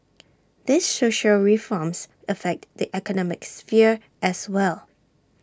these social reforms affect the economic sphere as well